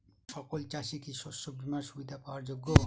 সকল চাষি কি শস্য বিমার সুবিধা পাওয়ার যোগ্য?